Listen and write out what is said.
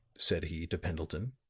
said he to pendleton.